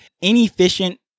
inefficient